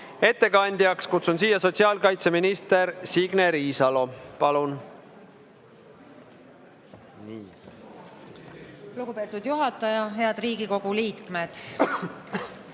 Ettekandjaks kutsun siia sotsiaalkaitseminister Signe Riisalo. Palun! Lugupeetud juhataja! Head Riigikogu liikmed!